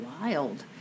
wild